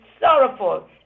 sorrowful